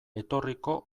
etorriko